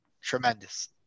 tremendous